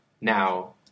Now